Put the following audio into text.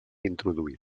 introduïda